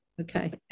Okay